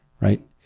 right